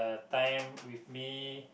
time with me